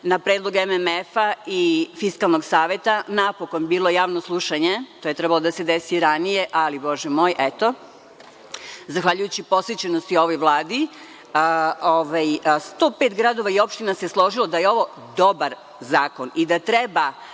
na predlog MMF i Fiskalnog saveta, napokon bilo javno slušanje, što je trebalo da se desi i ranije, ali bože moj, eto. Zahvaljujući posvećenosti ove Vlade, 105 gradova i opština se složilo da je ovo dobar zakon i da treba. Šta